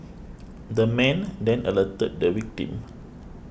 the man then alerted the victim